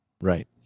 Right